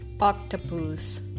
Octopus